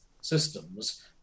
systems